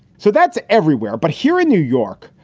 so that's everywhere. but here in new york,